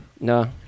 No